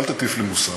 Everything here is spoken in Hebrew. אל תטיף לי מוסר,